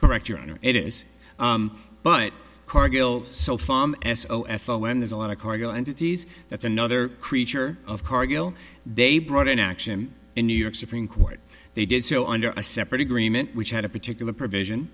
correct your honor it is but cargill so far s o f o n there's a lot of cargo entities that's another creature of cargill they brought an action in new york supreme court they did so under a separate agreement which had a particular provision